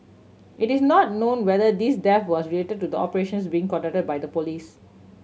it is not known whether this death was related to the operations being conducted by the police